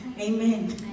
Amen